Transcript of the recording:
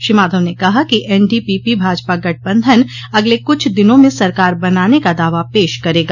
श्री माधव ने कहा कि N D P P Bhajpa गठबंधन अगले कुछ दिनों में सरकार बनाने का दावा पेश करेगा